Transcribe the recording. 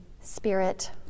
spirit